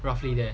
roughly there